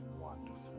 wonderful